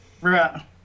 right